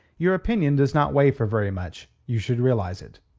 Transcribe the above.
your opinion does not weigh for very much. you should realize it.